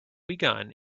begun